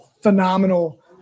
phenomenal –